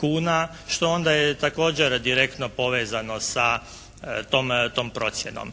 kuna što onda je također direktno povezano sa tom procjenom.